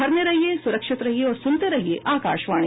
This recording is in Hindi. घर में रहिये सुरक्षित रहिये और सुनते रहिये आकाशवाणी